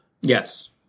Yes